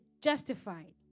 justified